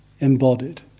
embodied